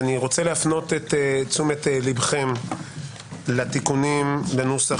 ואני רוצה להפנות את תשומת לבכם לתיקונים לנוסח